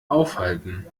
aufhalten